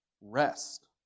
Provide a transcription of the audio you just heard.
Rest